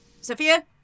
sophia